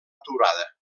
aturada